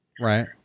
Right